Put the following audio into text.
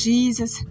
Jesus